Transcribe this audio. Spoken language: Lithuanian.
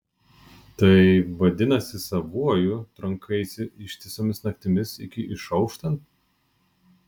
tai vadinasi savuoju trankaisi ištisomis naktimis iki išauštant